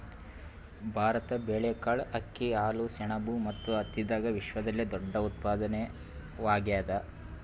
ಭಾರತ ಬೇಳೆಕಾಳ್, ಅಕ್ಕಿ, ಹಾಲು, ಸೆಣಬು ಮತ್ತು ಹತ್ತಿದಾಗ ವಿಶ್ವದಲ್ಲೆ ದೊಡ್ಡ ಉತ್ಪಾದಕವಾಗ್ಯಾದ